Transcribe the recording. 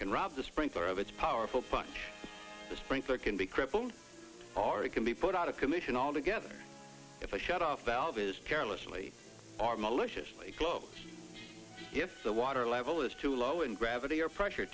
can rob the sprinkler of its powerful punch the sprinkler can be crippled or it can be put out of commission altogether if a shutoff valve is carelessly are maliciously if the water level is too low and gravity or pressure